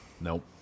Nope